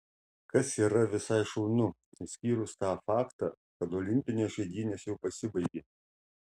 kas yra visai šaunu išskyrus tą faktą kad olimpinės žaidynės jau pasibaigė